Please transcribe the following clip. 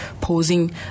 posing